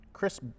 Chris